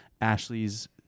Ashley's